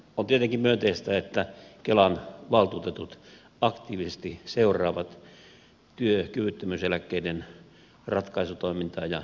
on tietenkin myönteistä että kelan valtuutetut aktiivisesti seuraavat työkyvyttömyyseläkkeiden ratkaisutoimintaa ja hylkäysmääriä